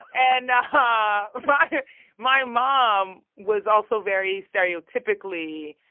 and but my mom was also very stereotypically,